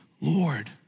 Lord